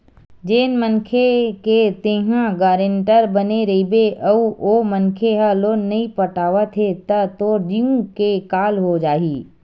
जेन मनखे के तेंहा गारेंटर बने रहिबे अउ ओ मनखे ह लोन नइ पटावत हे त तोर जींव के काल हो जाही